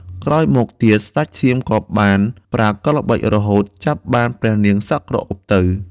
ពេលក្រោយមកទៀត ស្តេចសៀមក៏បានប្រើកលល្បិចរហូតចាប់បានព្រះនាងសក់ក្រអូបទៅ។